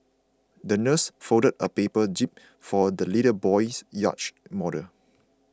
the nurse folded a paper jib for the little boy's yacht model